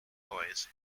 noise